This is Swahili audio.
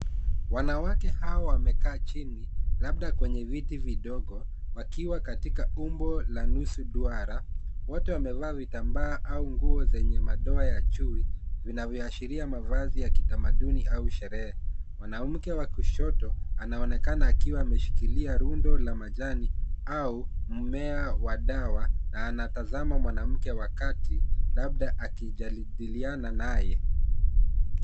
Wanawake hao wamekaa chini, labda kwenye viti vidogo, wakiwa katika umbo la nusu duara. Wote wamevaa vitambaa au nguo zenye madoa ya chui, vinavyoashiria mavazi ya kitamaduni au sherehe. Mwanamke wa kushoto anaonekana akiwa ameshikilia rundo la majani au mmea wa dawa na anatazama mwanamke wa kati labda akijadiliana naye.